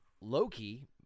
Loki